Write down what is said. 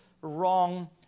wrong